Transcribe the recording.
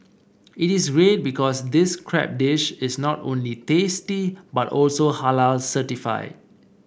it is read because this crab dish is not only tasty but also Halal certified